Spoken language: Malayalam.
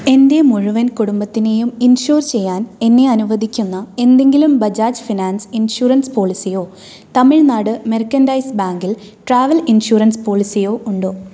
എൻ്റെ മുഴുവൻ കുടുംബത്തിനെയും ഇൻഷുർ ചെയ്യാൻ എന്നെ അനുവദിക്കുന്ന എന്തെങ്കിലും ബജാജ് ഫിനാൻസ് ഇൻഷുറൻസ് പോളിസിയോ തമിഴ്നാട് മെർക്കൻ്റെെസ് ബാങ്കിൽ ട്രാവൽ ഇൻഷുറൻസ് പോളിസിയോ ഉണ്ടോ